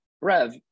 Rev